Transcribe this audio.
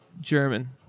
German